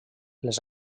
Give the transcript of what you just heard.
les